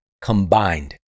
combined